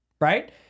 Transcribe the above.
right